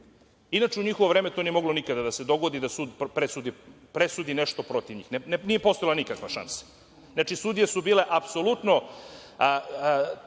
Inače, u njihovo vreme to nije moglo nikada da se dogodi, da sud presudi nešto protiv njih, nije postojala nikakva šansa. Znači, sudije su bile apsolutno